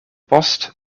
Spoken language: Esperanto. post